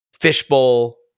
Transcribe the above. fishbowl